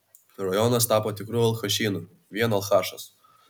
rajonas tapo tikru alchašynu vien alchašos